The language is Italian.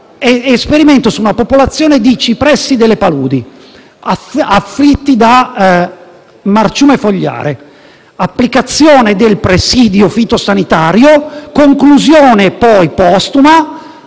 Esperimento su una popolazione di cipressi delle paludi afflitti da marciume fogliare; applicazione del presidio fitosanitario; conclusione postuma: